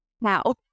now